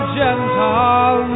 gentle